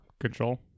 Control